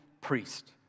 priest